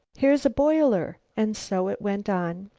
here's a broiler, and so it went on.